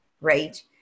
right